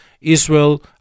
Israel